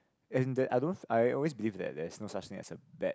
as in there I don't I always believe that there's no such thing as a bad